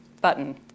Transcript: button